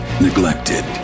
neglected